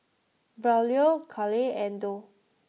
Braulio Carleigh and Doug